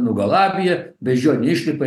nugalabija beždžionė išlipa